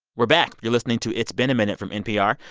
we're back. you're listening to it's been a minute from npr,